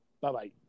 Bye-bye